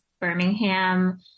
Birmingham